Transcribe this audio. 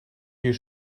you